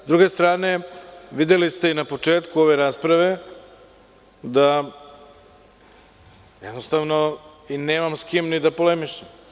S druge strane, videli ste i na početku ove rasprave da jednostavno nemam sa kim ni da polemišem.